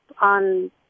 on